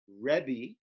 Rebbe